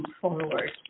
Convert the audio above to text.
forward